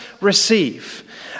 receive